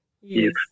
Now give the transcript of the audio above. yes